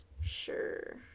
sure